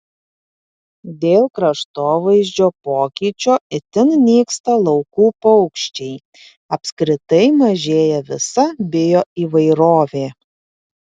dėl kraštovaizdžio pokyčio itin nyksta laukų paukščiai apskritai mažėja visa bioįvairovė